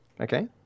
Okay